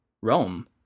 Rome